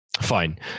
Fine